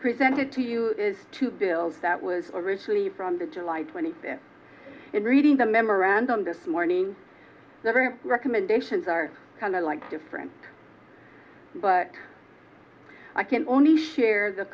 presented to you is two bills that was originally from the july twenty third in reading the memorandum this morning recommendations are kind of like different but i can only share the